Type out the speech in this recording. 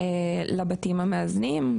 לבתים המאזנים?